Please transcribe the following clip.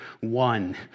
one